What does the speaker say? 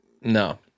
No